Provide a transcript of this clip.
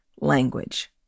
language